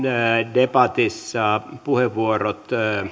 debatissa puheenvuorot vielä